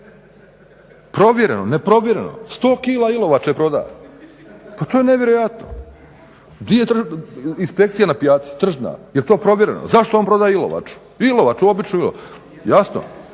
Provjereno, ne provjereno 100 kila ilovače proda, pa to je nevjerojatno. Gdje je tržna inspekcija na pijaci? Jel to provjereno? Zašto on prodaje ilovaču? Običnu ilovaču. Jasno,